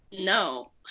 no